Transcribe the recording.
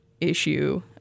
issue